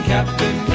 Captain